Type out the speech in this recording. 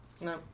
No